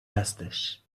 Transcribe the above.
هستش